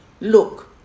Look